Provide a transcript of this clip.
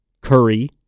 Curry